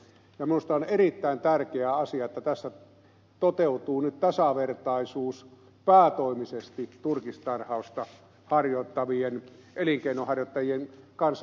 minusta on erittäin tärkeä asia että tässä toteutuu nyt tasavertaisuus päätoimisesti turkistarhausta elinkeinona harjoittavien kanssa